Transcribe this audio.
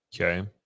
Okay